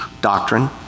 doctrine